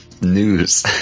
news